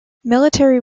military